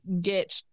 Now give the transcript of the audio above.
get